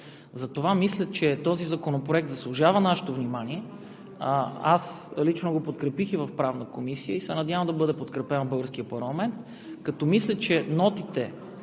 Затова мисля, че този законопроект заслужава нашето внимание. Аз лично го подкрепих в Правна комисия и се надявам да бъде подкрепен от българския парламент. Мисля, че нотите